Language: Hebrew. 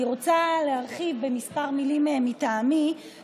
אני רוצה להרחיב בכמה מילים מטעמי